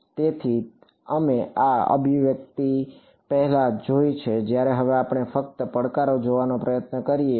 તેથી અમે આ અભિવ્યક્તિ પહેલા જોઈ છે જ્યારે હવે આપણે ફક્ત પડકારો જોવાનો પ્રયત્ન કરીએ